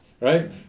right